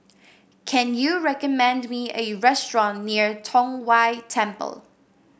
can you recommend me a restaurant near Tong Whye Temple